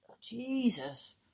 Jesus